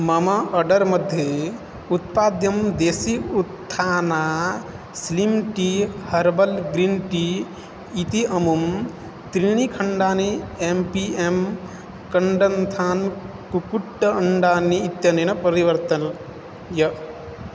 मम अडर् मध्ये उत्पाद्यं देसी उत्थाना slim tea herbal green tea इति अमुं त्रीणिखण्डानि एम् पी एम् कण्डन्थान् कुक्कुट अण्डानि इत्यनेन परिवर्तय